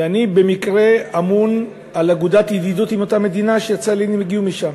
ואני במקרה אמון על אגודת ידידות עם אותה מדינה שהצליינים הגיעו ממנה.